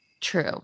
True